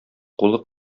кулы